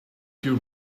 you